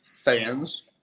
fans